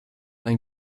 ein